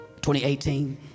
2018